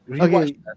Okay